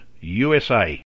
USA